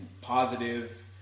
positive